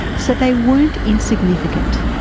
so, they weren't insignificant.